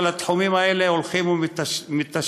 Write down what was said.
אבל התחומים האלה הולכים ומיטשטשים,